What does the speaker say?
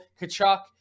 Kachuk